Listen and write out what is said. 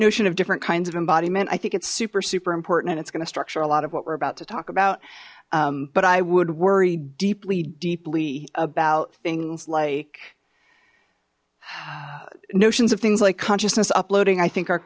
notion of different kinds of embodiment i think it's super super important and it's going to structure a lot of what we're about to talk about but i would worry deeply deeply about things like notions of things like consciousness uploading i think